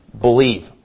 Believe